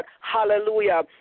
hallelujah